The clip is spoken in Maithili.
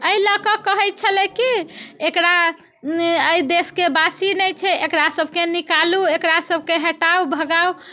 एहि लऽ कऽ कहैत छलै कि एकरा एहि देशके वासी नहि छै एकरा सबके निकालू एकरा सबके हटाउ भगाउ